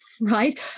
Right